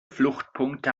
fluchtpunkte